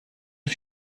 ist